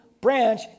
branch